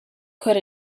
good